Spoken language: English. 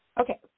okay